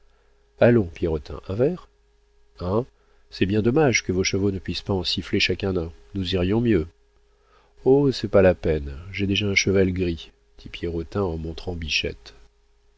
allons pierrotin un verre hein c'est bien dommage que vos chevaux ne puissent pas en siffler chacun un nous irions mieux oh c'est pas la peine j'ai déjà un cheval gris dit pierrotin en montrant